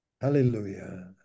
Hallelujah